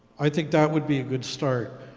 i think that would be a good start.